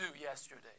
yesterday